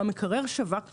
והמקרר שווק חיים,